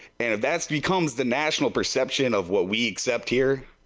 and if that's become national perception of what we accept here,